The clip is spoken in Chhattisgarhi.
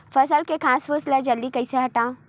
फसल के घासफुस ल जल्दी कइसे हटाव?